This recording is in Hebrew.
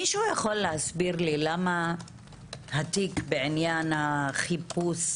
מישהו יכול להסביר למה התיק בעניין החיפוש